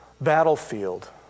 battlefield